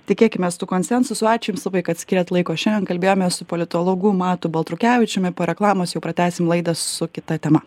tikėkimės tų konsensusu ačiū jums labai kad skyrėt laiko šiandien kalbėjomės su politologu matu baltrukevičiumi po reklamos jau pratęsim laidą su kita tema